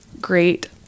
great